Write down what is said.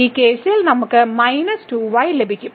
ഈ കേസിൽ നമുക്ക് 2y ലഭിക്കും